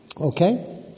Okay